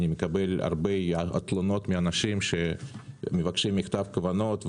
אני מקבל הרבה תלונות מאנשים שמבקשים מכתב כוונות,